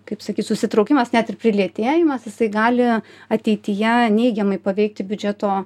kaip sakyt susitraukimas net ir prilėtėjimas jisai gali ateityje neigiamai paveikti biudžeto